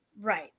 Right